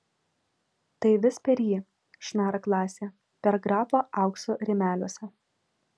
tai vis per jį šnara klasė per grafą aukso rėmeliuose